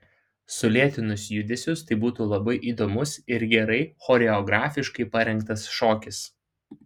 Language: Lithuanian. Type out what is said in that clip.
sulėtinus judesius tai būtų labai įdomus ir gerai choreografiškai parengtas šokis